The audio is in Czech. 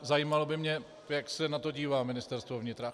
Zajímalo by mě, jak se na to dívá Ministerstvo vnitra.